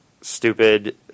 stupid